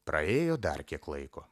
praėjo dar kiek laiko